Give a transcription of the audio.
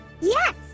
Yes